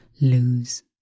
lose